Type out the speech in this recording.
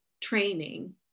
training